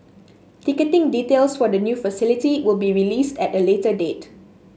ticketing details for the new facility will be released at a later date